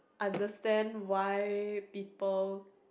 understand why people